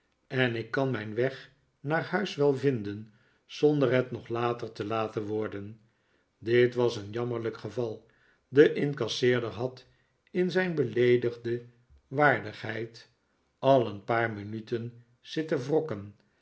en ik kan mijn weg naar huis wel vinden zonder het nog later te laten worden dit was een jammerlijk geval de incasseerder had in zijn beleedigde waardigheid al een paar niinuten zitten wrokken